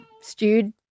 stewed